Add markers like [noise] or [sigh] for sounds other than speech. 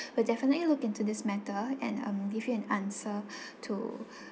we'll definitely look into this matter and um give you an answer [breath] to